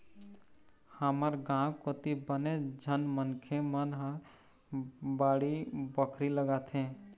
हमर गाँव कोती बनेच झन मनखे मन ह बाड़ी बखरी लगाथे